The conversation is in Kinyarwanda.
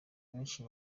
abenshi